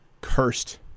cursed